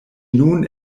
nun